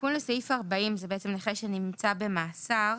התיקון לסעיף 40, זה נכה שנמצא במאסר.